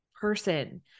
person